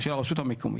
של הרשות המקומית.